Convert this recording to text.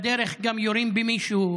בדרך גם יורים במישהו,